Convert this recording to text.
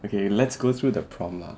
okay let's go through the prompt lah